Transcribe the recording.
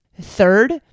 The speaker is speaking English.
Third